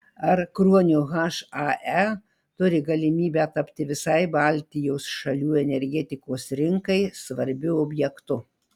ar kruonio hae turi galimybę tapti visai baltijos šalių energetikos rinkai svarbiu objektu